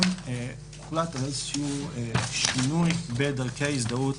הוחלט על שינוי בדרכי ההזדהות,